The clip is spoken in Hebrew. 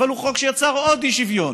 אבל הוא חוק שיצר עוד אי-שוויון.